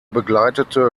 begleitete